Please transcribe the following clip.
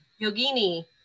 Yogini